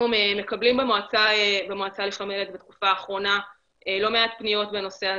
אנחנו מקבלים במועצה לשלום הילד בתקופה האחרונה לא מעט פניות בנושא הזה,